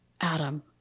Adam